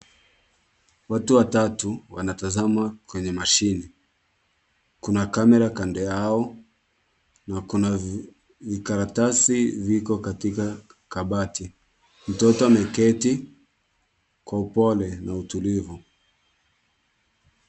Watu wa tatu wanatazama kwenye mashine, kuna kamera kando yao, na kuna vikaratasi viko katika kabati. Mtoto ameketi, kwa upole, na utulivu.